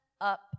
up